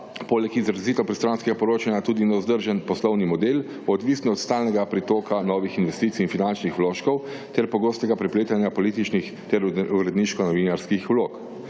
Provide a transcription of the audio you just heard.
poleg izrazito pristranskega poročanja tudi nevzdržen poslovni model, odvisno od stalnega pritoka novih investicij in finančnih vložkov ter pogostega prepletanja političnih ter uredniško-novinarskih vlog.